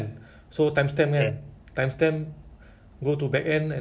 R_C_A but the it's like ticket ah like they say what